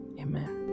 amen